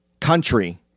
country